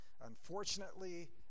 Unfortunately